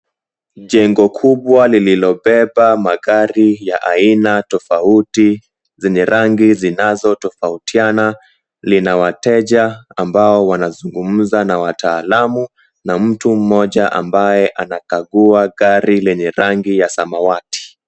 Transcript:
Jengo kubwa lililobeba magari ya aina tofauti tofauti zenye rangi zinazotofautiana lina wateja ambao wanazungumza na wataalamu na mtu mmoja ambaye anakagua gari lenye rangi ya samawati.